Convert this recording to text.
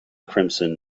crimson